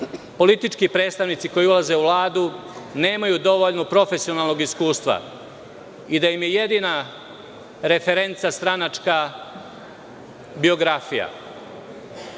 politički predstavnici koji ulaze u Vladu nemaju dovoljno profesionalnog iskustva i da im je jedina referenca stranačka biografija.